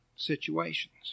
situations